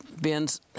bins